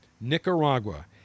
Nicaragua